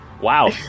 Wow